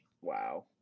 Wow